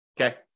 Okay